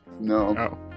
No